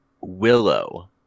Willow